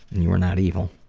and you are not evil.